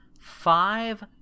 five